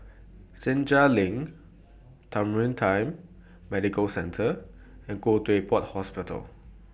Senja LINK timer Time Medical Centre and Khoo Teck Puat Hospital